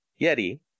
Yeti